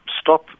stop